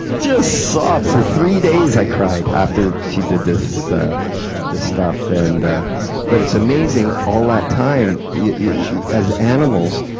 just sobbed for three days, i cried after she did this this stuff. and but it's amazing, all that time yeah as animals,